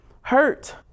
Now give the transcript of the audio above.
Hurt